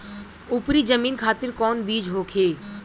उपरी जमीन खातिर कौन बीज होखे?